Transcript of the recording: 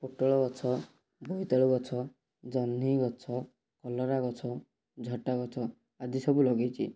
ପୋଟଳ ଗଛ ବୋଇତାଳୁ ଗଛ ଜହ୍ନି ଗଛ କଲରା ଗଛ ଝଟା ଗଛ ଆଦି ସବୁ ଲଗେଇଛି